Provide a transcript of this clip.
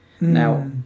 Now